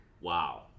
Wow